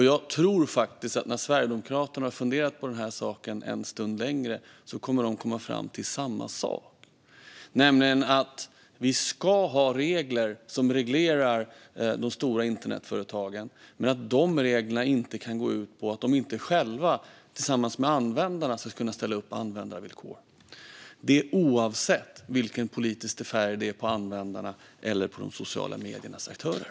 Jag tror faktiskt att Sverigedemokraterna, när de har funderat på den här saken ytterligare en stund, kommer fram till samma sak, nämligen att vi ska ha regler som reglerar de stora internetföretagen men att dessa regler inte kan gå ut på att de själva tillsammans med användarna inte ska kunna ställa upp på användarvillkoren - detta oavsett vilken politisk färg det är på användarna eller de sociala mediernas aktörer.